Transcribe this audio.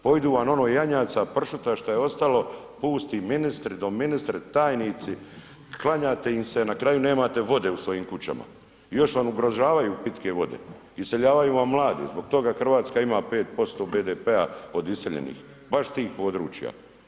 Pojedu vam ono janjaca, pršuta šta je ostalo, pusti ministri, doministri, tajnici, klanjate im se, na kraju nemate vode u svojim kućama, još vam ugrožavaju pitke vode, iseljavaju vam mlade, zbog toga Hrvatska ima 5% BDP-a od iseljenih, baš tih područja.